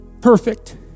perfect